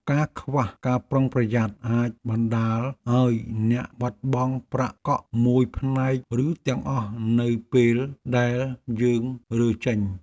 ការខ្វះការប្រុងប្រយ័ត្នអាចបណ្ដាលឱ្យអ្នកបាត់បង់ប្រាក់កក់មួយផ្នែកឬទាំងអស់នៅពេលដែលយើងរើចេញ។